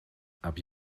aber